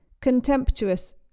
contemptuous